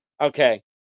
okay